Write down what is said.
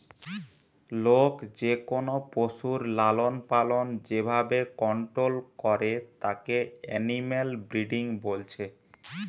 লোক যেকোনো পশুর লালনপালন যে ভাবে কন্টোল করে তাকে এনিম্যাল ব্রিডিং বলছে